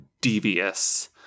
devious